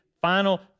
final